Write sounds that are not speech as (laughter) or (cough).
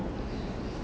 (breath)